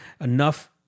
Enough